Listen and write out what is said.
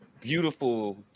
beautiful